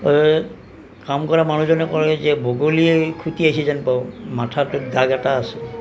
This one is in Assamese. কাম কৰা মানুহজনে ক'লে যে বগলীয়ে খোঁটিয়াইছে যেন পাওঁ মাথাত দাগ এটা আছে